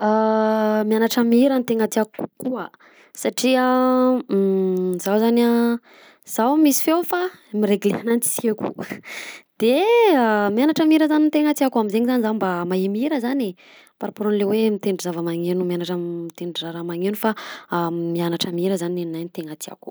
Mianatra mihira tena tiàko kokoa satria zaho zany a zaho misy feo fa miregle ananjy sy aiko de mianatra mihira zany tena tiàko amizegny zany zah mba mahay mihira zany e par raport aminy le hoe mitendry zavamagneno mianatra mitendry za- raha magneno fa mianatra mihira zany nignahy tena tiako.